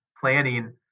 planning